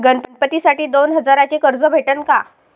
गणपतीसाठी दोन हजाराचे कर्ज भेटन का?